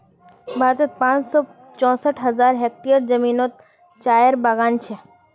भारतोत पाँच सौ चौंसठ हज़ार हेक्टयर ज़मीनोत चायेर बगान छे